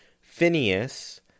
Phineas